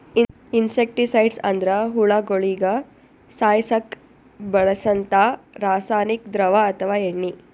insecticides ಅಂದ್ರ ಹುಳಗೋಳಿಗ ಸಾಯಸಕ್ಕ್ ಬಳ್ಸಂಥಾ ರಾಸಾನಿಕ್ ದ್ರವ ಅಥವಾ ಎಣ್ಣಿ